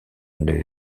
une